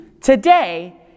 today